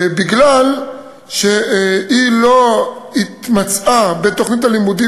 מפני שהיא לא התמצאה בתוכנית הלימודים